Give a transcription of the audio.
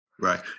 right